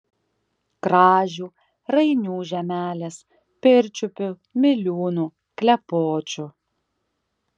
kražių rainių žemelės pirčiupių miliūnų klepočių